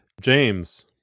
James